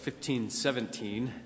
1517